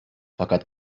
fakat